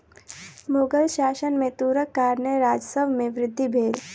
मुग़ल शासन में तूरक कारणेँ राजस्व में वृद्धि भेल